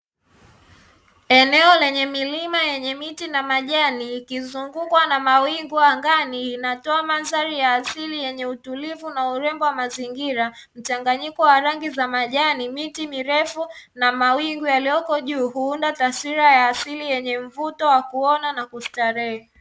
Eneo lenye milima yenye miti na majani, ikizungukwa na mawingu angani, inatoa mandhari ya asili yenye utulivu unaoremba mazingira, mchanganyiko wa rangi za majani, miti mirefu na mawingu yaliyoko juu, huunda taswira ya asili yenye mvuto wa kuona na kustarehe.